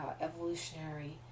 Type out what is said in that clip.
evolutionary